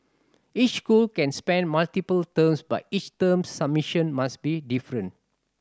each school can send multiple teams but each team's submission must be different